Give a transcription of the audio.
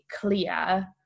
clear